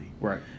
Right